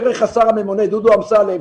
דרך השר הממונה דודו אמסלם,